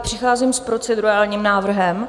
Přicházím s procedurálním návrhem.